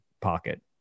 pocket